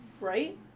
right